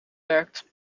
werkt